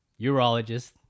urologist